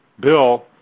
bill